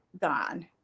gone